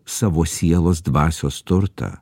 savo sielos dvasios turtą